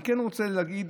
אני כן רוצה להגיד